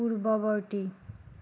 পূৰ্ববৰ্তী